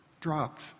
dropped